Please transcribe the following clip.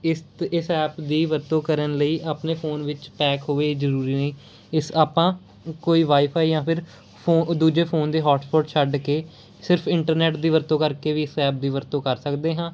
ਇਸ ਇਸ ਐਪ ਦੀ ਵਰਤੋਂ ਕਰਨ ਲਈ ਆਪਣੇ ਫੋਨ ਵਿੱਚ ਪੈਕ ਹੋਵੇ ਜ਼ਰੂਰੀ ਨਹੀਂ ਇਸ ਆਪਾਂ ਕੋਈ ਵਾਈਫਾਈ ਜਾਂ ਫਿਰ ਫੋ ਦੂਜੇ ਫੋਨ ਦੇ ਹੋਟਸਪੋਟ ਛੱਡ ਕੇ ਸਿਰਫ ਇੰਟਰਨੈਟ ਦੀ ਵਰਤੋਂ ਕਰਕੇ ਵੀ ਇਸ ਐਪ ਦੀ ਵਰਤੋਂ ਕਰ ਸਕਦੇ ਹਾਂ